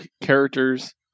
characters